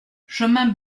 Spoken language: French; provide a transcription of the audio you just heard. chemin